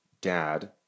dad